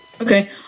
Okay